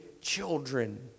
children